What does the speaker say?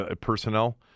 personnel